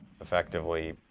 effectively